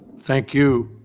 thank you,